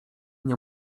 nie